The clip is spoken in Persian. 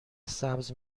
سبز